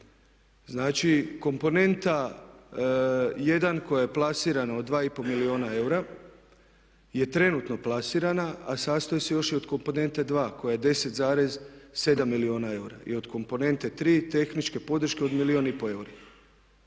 Znači komponenta 1 koja je plasirana od 2,5 milijuna eura je trenutno plasirana a sastoji se još i od komponente 2 koja je 10,7 milijuna eura i od komponente 3 tehničke podrške od milijun